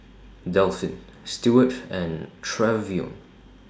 Delphin Steward and Trevion